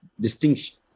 distinction